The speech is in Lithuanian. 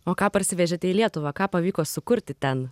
o ką parsivežėte į lietuvą ką pavyko sukurti ten